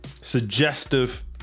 suggestive